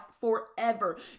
forever